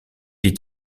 est